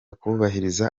kubahiriza